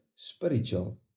Spiritual